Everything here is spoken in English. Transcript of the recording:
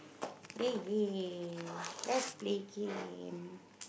ya ya let's play game